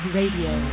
Radio